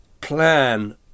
plan